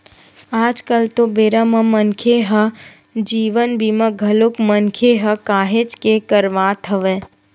आज कल तो बेरा म मनखे ह जीवन बीमा घलोक मनखे ह काहेच के करवात हवय